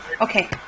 Okay